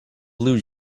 blue